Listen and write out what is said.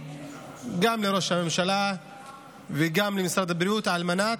גם לראש הממשלה וגם למשרד הבריאות על מנת